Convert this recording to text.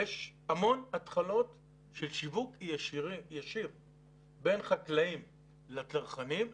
יש המון התחלות של שיווק ישיר בין חקלאים לצרכנים.